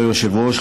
כבוד היושב-ראש,